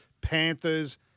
Panthers